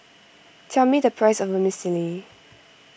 tell me the price of Vermicelli